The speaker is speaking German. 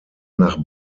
nach